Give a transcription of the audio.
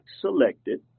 selected